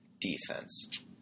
defense